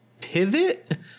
pivot